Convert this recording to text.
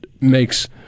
makes